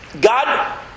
God